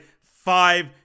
five